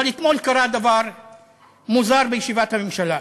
אבל אתמול קרה דבר מוזר בישיבת הממשלה: